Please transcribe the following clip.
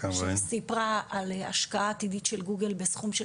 היא סיפרה על השקעה עתידית של גוגל בסכום של